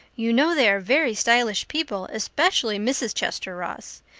you know they are very stylish people, especially mrs. chester ross.